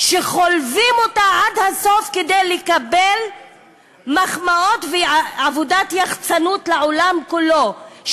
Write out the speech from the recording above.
שחולבים אותה עד הסוף כדי לקבל מחמאות ועבודת יחצנות לעולם כולו,